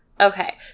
Okay